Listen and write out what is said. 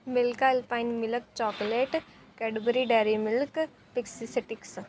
mill Alpine milk chocolate Cadbury Dairy Milk Pixie sticks